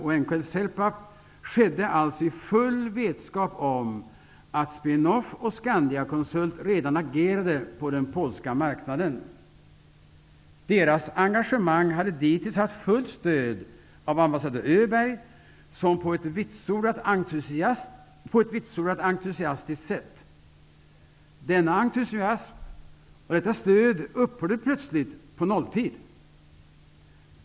Celpap skedde alltså i full vetskap om att Spin-Off och Scandiaconsult redan agerade på den polska marknaden. Deras engagemang hade dittills haft fullt stöd av ambassadör Öberg på ett vitsordat entusiastiskt sätt. Denna entusiasm och detta stöd upphörde plötsligt på nolltid.